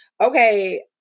Okay